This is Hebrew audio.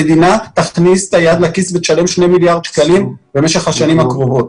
המדינה תכניס את היד לכיס ותשלם שני מיליארד שקלים במשך השנים הקרובות.